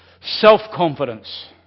self-confidence